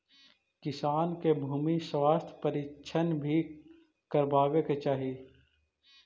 किसान के भूमि स्वास्थ्य परीक्षण भी करवावे के चाहि